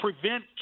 prevent